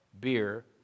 beer